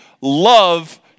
love